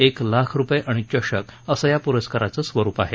एक लाख रूपये आणि चषक असं या पुरस्काराचं स्वरूप आहे